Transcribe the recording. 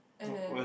and then